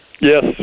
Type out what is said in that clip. Yes